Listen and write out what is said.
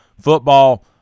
football